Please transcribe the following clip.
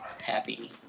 happy